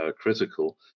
critical